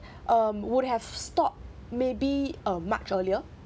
um would have stopped maybe a much earlier